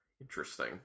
Interesting